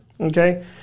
Okay